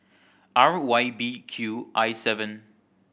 R Y B Q I seven